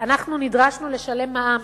נדרשנו לשלם מע"מ,